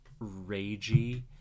ragey